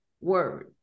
word